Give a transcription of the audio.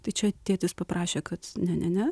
tai čia tėtis paprašė kad ne ne ne